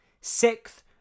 Sixth